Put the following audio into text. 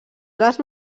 les